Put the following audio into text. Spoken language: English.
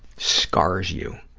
scars you,